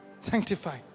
Sanctify